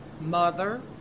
mother